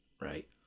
right